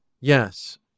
yes